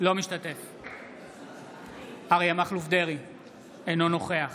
אינו משתתף בהצבעה אריה מכלוף דרעי, אינו נוכח